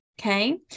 Okay